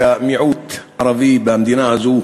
כמיעוט ערבי במדינה הזאת,